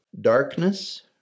Darkness